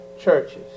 churches